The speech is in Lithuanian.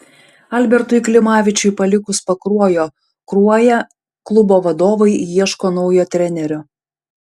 albertui klimavičiui palikus pakruojo kruoją klubo vadovai ieško naujo trenerio